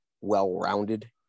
well-rounded